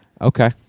Okay